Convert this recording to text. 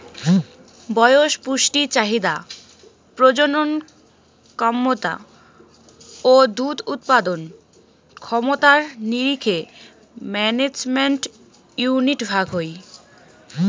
বয়স, পুষ্টি চাহিদা, প্রজনন ক্যমতা ও দুধ উৎপাদন ক্ষমতার নিরীখে ম্যানেজমেন্ট ইউনিট ভাগ হই